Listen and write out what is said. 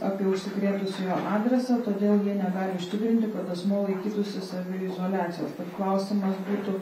apie užsikrėtusiujo adresą todėl jie negali užtikrinti kad asmuo laikytųsi saviizoliacijos tad klausimas būtų